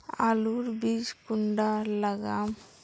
आलूर बीज कुंडा लगाम?